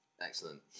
Excellent